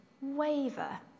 waver